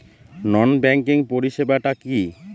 নন banking পরিষেবা টা কি?